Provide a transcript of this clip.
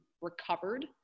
recovered